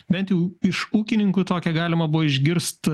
bent jau iš ūkininkų tokią galima buvo išgirsti